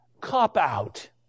cop-out